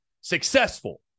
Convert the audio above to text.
successful